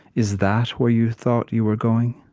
is that where you thought you were going?